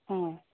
হ্যাঁ